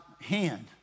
hand